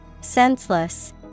senseless